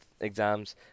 exams